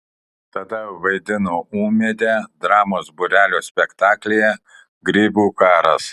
tada vaidino ūmėdę dramos būrelio spektaklyje grybų karas